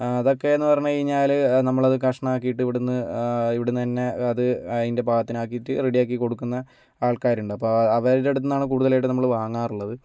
ആ അതൊക്കെയെന്ന് പറഞ്ഞ് കഴിഞ്ഞാൽ നമ്മളത് കഷ്ണമാക്കിയിട്ട് ഇവിടെനിന്ന് ഇവിടെനിന്നു തന്നെ അത് അതിൻ്റെ പാകത്തിനാക്കിയിട്ട് റെഡി ആക്കി കൊടുക്കുന്ന ആൾക്കാരുണ്ട് അപ്പം അവരുടെ അടുത്തു നിന്നാണ് കൂടുതലായിട്ട് നമ്മൾ വാങ്ങാറുള്ളത്